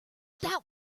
that